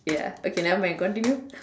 ya okay nevermind continue